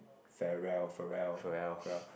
Pharrell Pharrell Pharrell